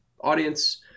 audience